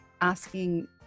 asking